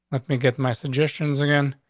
let me get my suggestions again.